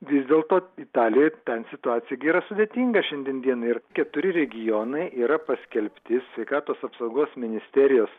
vis dėlto italijoje ten situacija yra sudėtinga šiandien dienai ir keturi regionai yra paskelbti sveikatos apsaugos ministerijos